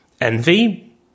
Envy